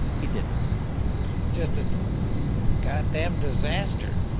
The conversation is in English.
he didn't it's just a goddamned disaster,